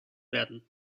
werden